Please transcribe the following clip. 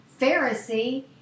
Pharisee